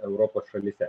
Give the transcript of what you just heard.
europos šalyse